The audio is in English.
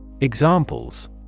Examples